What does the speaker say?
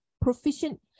proficient